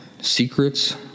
secrets